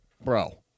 Bro